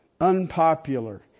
Unpopular